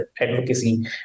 advocacy